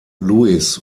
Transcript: louise